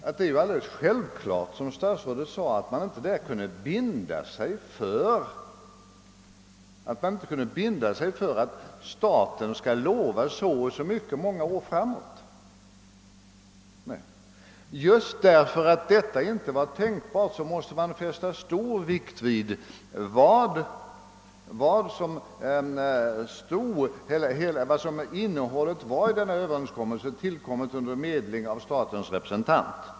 Det är ju alldeles självklart så som statsrådet sade, att staten där inte kunde lova så och så mycket i anslag för många år framåt. Just därför att detta inte var tänkbart måste man lägga stor vikt vid innehållet i denna överenskommelse, tillkommen under förmedling av statensrepresentant.